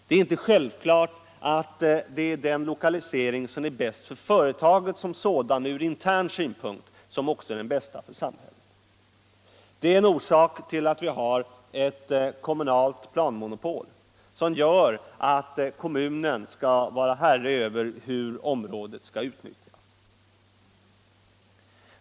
Det är inte självklart att den lokalisering som är bäst för företaget som sådant, ur intern synpunkt, också är den bästa för samhället. Detta är en orsak till att vi har ett kommunalt planmonopol, som gör att kommunen skall vara herre över hur området skall utnyttjas.